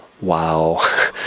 wow